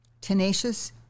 tenacious